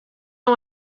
amb